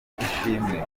ishimwe